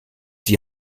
die